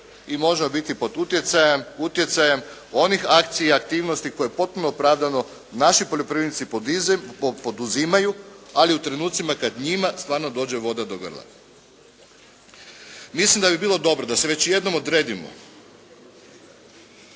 i možemo biti pod utjecajem onih akcija i aktivnosti koje potpuno opravdano naši poljoprivrednici poduzimaju, ali u trenucima kada njima stvarno dođe voda do grla. Milim da bi bilo dobro da se već jednom odredimo,